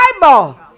Bible